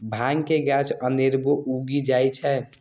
भांग के गाछ अनेरबो उगि जाइ छै